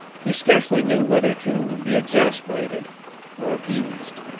he scarcely knew whether to be exasperated or appeased.